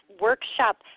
workshop